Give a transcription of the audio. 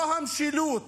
לא המשילות